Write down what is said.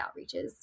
outreaches